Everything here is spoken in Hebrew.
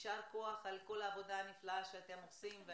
יישר כוח על כל העבודה הנפלאה שאתם עושים.